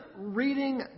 reading